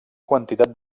quantitat